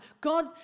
God